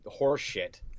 horseshit